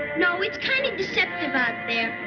no, it's kind of deceptive out there.